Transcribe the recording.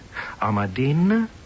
Ahmadine